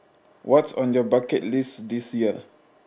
what's on your bucket list this year